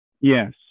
Yes